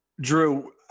Drew